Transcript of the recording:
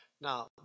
Now